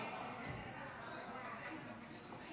אדוני היושב-ראש,